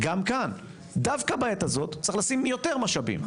גם כאן דווקא בעת הזו יש לשים יותר משאבים.